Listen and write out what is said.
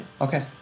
Okay